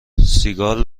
سیگال